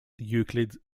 euclid